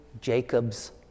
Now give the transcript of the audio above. Jacob's